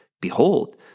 Behold